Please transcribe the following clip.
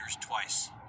twice